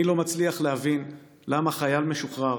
אני לא מצליח להבין למה חייל משוחרר